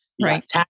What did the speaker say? Right